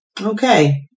Okay